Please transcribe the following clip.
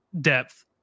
depth